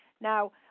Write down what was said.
Now